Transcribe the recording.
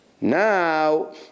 Now